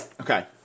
Okay